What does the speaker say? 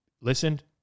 listened